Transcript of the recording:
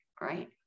right